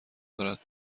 دارد